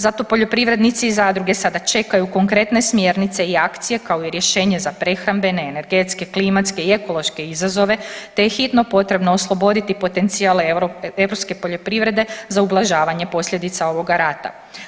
Zato poljoprivrednici i zadruge sada čekaju konkretne smjernice i akcije kao i rješenje za prehrambene, energetske, klimatske i ekološke izazove te je hitno potrebno osloboditi potencijal europske poljoprivredne za ublažavanje posljedica ovoga rada.